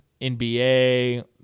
NBA